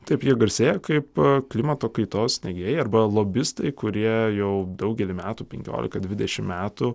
taip jie garsėja kaip klimato kaitos neigėjai arba lobistai kurie jau daugelį metų penkiolika dvidešimt metų